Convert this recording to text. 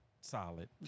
Solid